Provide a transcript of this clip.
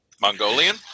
Mongolian